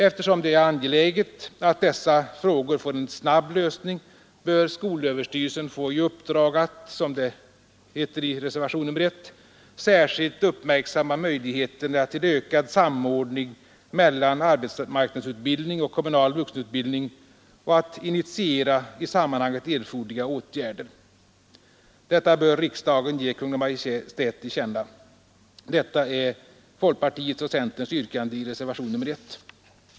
Eftersom det är angeläget att dessa frågor får en snabb lösning bör skolöverstyrelsen få i uppdrag att — som vi uttrycker det i reservationen I — ”särskilt uppmärksamma möjligheterna till ökad samordning mellan arbetsmarknadsutbildning och kommunal vuxenutbildning och att initiera i sammanhanget erforderliga åtgärder”. Detta bör riksdagen ge Kungl. Maj:t till känna. Detta är folkpartiets och centerns yrkande i reservationen 1.